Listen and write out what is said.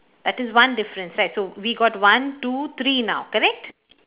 that is one difference right we got one two three now correct